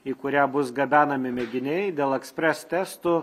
į kurią bus gabenami mėginiai dėl ekspres testų